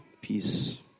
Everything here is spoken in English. peace